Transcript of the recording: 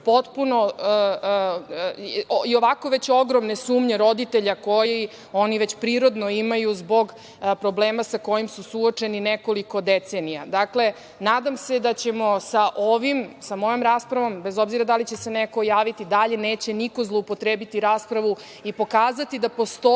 i ovako već ogromne sumnje roditelja koji oni već prirodno imaju zbog problema sa kojim su suočeni nekoliko decenija. Dakle, nadam se da ćemo sa mojom raspravom, bez obzira da li će se neko javiti dalje, neće niko zloupotrebiti raspravu i pokazati da postoji